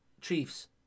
Chiefs